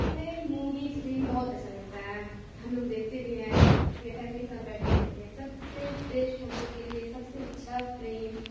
ہمیں مووی فلم بہت اچھا لگتا ہے ہم لوگ دیکھتے بھی ہیں پورے فیملی کے ساتھ بیٹھ کے دیکھتے ہیں سب سے بیسٹ ہم لوگ کے لیے سب سے اچھا فلم